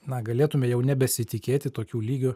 na galėtume jau nebesitikėti tokiu lygiu